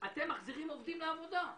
- אתם מחזירים עובדים לעבודה.